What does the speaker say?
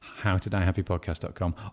howtodiehappypodcast.com